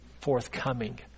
forthcoming